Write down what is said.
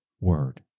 word